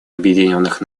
объединенных